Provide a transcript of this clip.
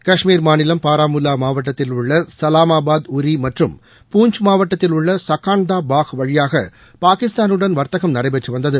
கஷ்மீர் மாநிலம் பாரமுல்லா மாவட்டத்தில் உள்ள சலாமாபாத் உரி மற்றும் பூஞ்ச் மாவட்டத்தில் உள்ள சக்கான் தா பாஹ் வழியாக பாகிஸ்தானுடன் வர்த்தகம் நடைபெற்று வந்தது